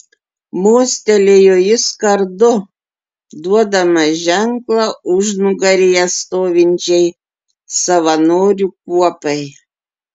mostelėjo jis kardu duodamas ženklą užnugaryje stovinčiai savanorių kuopai